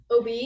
OB